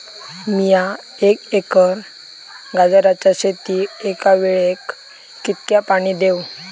मीया एक एकर गाजराच्या शेतीक एका वेळेक कितक्या पाणी देव?